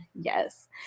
yes